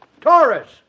Taurus